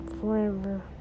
forever